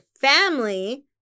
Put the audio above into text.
family